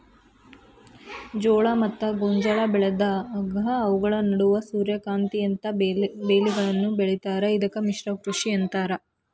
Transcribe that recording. ಜೋಳ ಮತ್ತ ಗೋಂಜಾಳ ಬೆಳೆದಾಗ ಅವುಗಳ ನಡುವ ಸೂರ್ಯಕಾಂತಿಯಂತ ಬೇಲಿಗಳನ್ನು ಬೆಳೇತಾರ ಇದಕ್ಕ ಮಿಶ್ರ ಕೃಷಿ ಅಂತಾರ